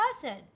person